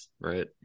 Right